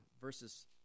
verses